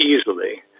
easily